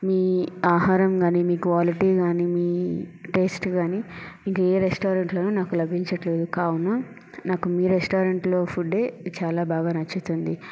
మీ ఆహారం కాని మీ క్వాలిటి కాని మీ టెస్ట్ కాని ఇంకా ఏ రెస్టారెంట్ లోను నాకు లభించట్లేదు కావున నాకు మీ రెస్టారెంట్ లో ఫుడ్ ఏ చాలా బాగా నచ్చుతుంది